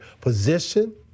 position